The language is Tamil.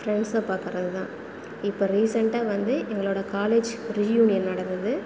ஃப்ரெண்ட்ஸை பார்க்கறதுதான் இப்போ ரீசன்ட்டாக வந்து எங்களோடய காலேஜ் ரீயூனியன் நடந்தது